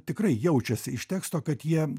tikrai jaučiasi iš teksto kad jie